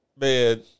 man